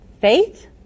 faith